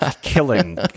killing